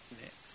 Next